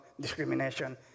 discrimination